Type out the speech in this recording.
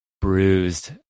bruised